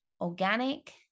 organic